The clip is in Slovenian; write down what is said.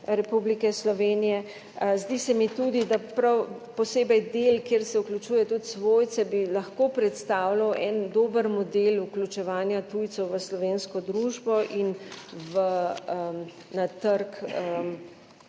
Republike Slovenije. Zdi se mi tudi, da prav posebej del, kjer se vključuje tudi svojce, bi lahko predstavljal en dober model vključevanja tujcev v slovensko družbo in na trg,